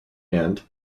and